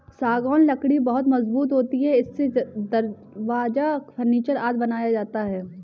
सागौन लकड़ी बहुत मजबूत होती है इससे दरवाजा, फर्नीचर आदि बनाया जाता है